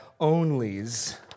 onlys